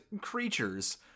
creatures